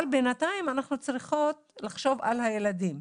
אבל בנתיים אנחנו צריכים לחשוב על הילדים.